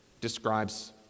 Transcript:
describes